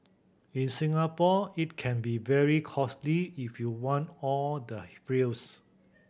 in Singapore it can be very costly if you want all the frills